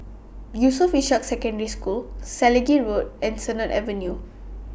Yusof Ishak Secondary School Selegie Road and Sennett Avenue